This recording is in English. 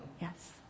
Yes